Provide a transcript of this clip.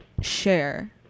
share